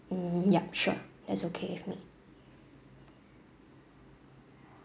mm yup sure that's okay with me